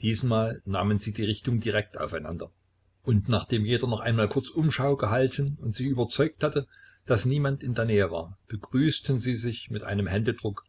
diesmal nahmen sie die richtung direkt aufeinander und nachdem jeder noch einmal kurz umschau gehalten und sich überzeugt hatte daß niemand in der nähe war begrüßten sie sich mit einem händedruck